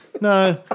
No